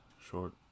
short